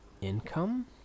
Income